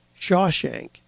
Shawshank